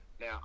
Now